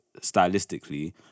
stylistically